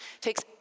takes